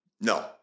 No